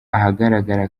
ahagaragara